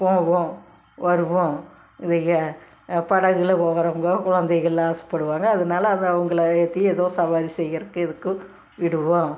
போவோம் வருவோம் இதுக படகில் போகிறவுங்கோ குழந்தைகள்லாம் ஆசை படுவாங்க அதனால அது அவங்களை ஏற்றி ஏதோ சவாரி செய்கிறக்கு இதுக்கு விடுவோம்